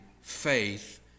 faith